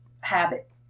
habit